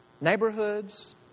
neighborhoods